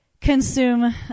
consume